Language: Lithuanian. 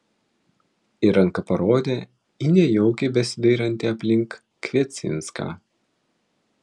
ir ranka parodė į nejaukiai besidairantį aplink kviecinską